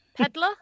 Peddler